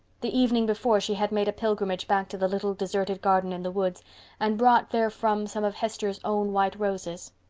the evening before she had made a pilgrimage back to the little deserted garden in the woods and brought therefrom some of hester's own white roses.